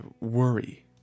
worry